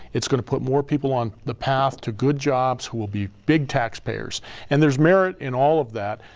it's gonna put more people on the path to good jobs who will be big taxpayers and there's merit in all of that.